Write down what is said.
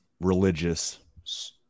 religious